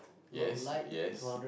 yes